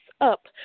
up